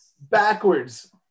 backwards